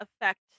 affect